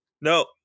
no